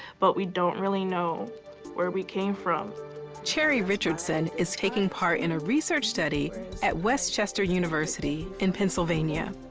but we don't really know where we came from. narrator cherry richardson is taking part in a research study at west chester university in pennsylvania.